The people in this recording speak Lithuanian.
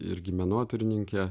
irgi menotyrininkė